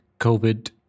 COVID